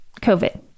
COVID